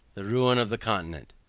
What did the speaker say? the ruin of the continent.